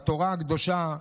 בתורה הקדושה,